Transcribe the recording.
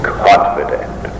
confident